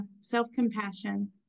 self-compassion